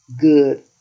good